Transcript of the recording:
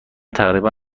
تقریبا